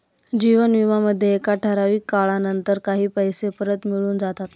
जीवन विमा मध्ये एका ठराविक काळानंतर काही पैसे परत मिळून जाता